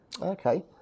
okay